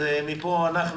מפה אנחנו,